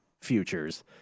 futures